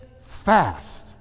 fast